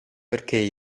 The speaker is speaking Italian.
perché